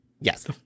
Yes